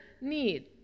need